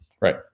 right